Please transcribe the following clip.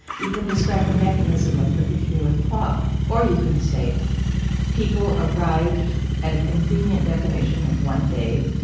you can describe the mechanism of the particular clock or you can say people arrived at a convenient definition of one day,